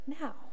now